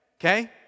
Okay